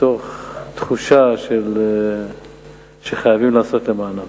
מתוך תחושה שחייבים לעשות למענם.